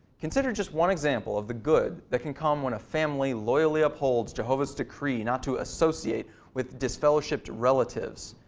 consider just one example of the good that can come when a family loyally upholds jehovah's decree not to associate with disfellowshipped relatives.